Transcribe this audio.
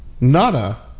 Nada